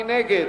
מי נגד?